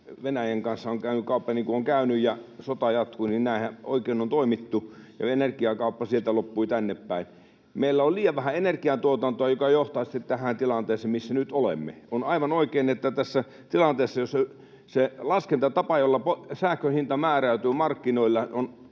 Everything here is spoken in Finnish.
niin kuin on käynyt, ja sota jatkuu, niin oikein on toimittu ja energiakauppa sieltä loppui tännepäin. Meillä on liian vähän energiantuotantoa, joka johtaa sitten tähän tilanteeseen, missä nyt olemme. On aivan oikein, että tässä tilanteessa, kun se laskentatapa, jolla sähkön hinta määräytyy markkinoilla, on